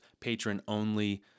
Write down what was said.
patron-only